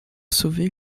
sauver